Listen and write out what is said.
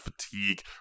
fatigue